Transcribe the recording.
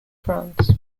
france